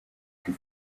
can